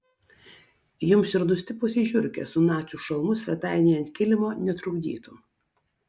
jums ir nustipusi žiurkė su nacių šalmu svetainėje ant kilimo netrukdytų